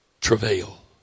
travail